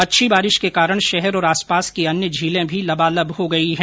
अच्छी बारिश के कारण शहर और आसपास की अन्य झीले भी लबालब हो गई है